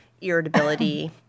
irritability